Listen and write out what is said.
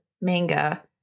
manga